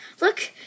Look